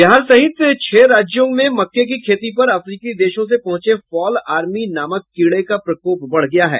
बिहार सहित छह राज्यों में मक्के की खेती पर अफ्रीकी देशों से पहुंचे फॉल आर्मी नामक कीड़े का प्रकोप बढ़ गया है